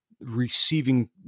receiving